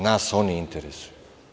Nas oni interesuju.